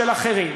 של אחרים,